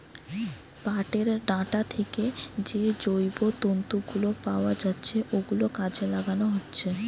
পাটের ডাঁটা থিকে যে জৈব তন্তু গুলো পাওয়া যাচ্ছে ওগুলো কাজে লাগানো হচ্ছে